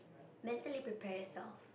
mentally prepare yourself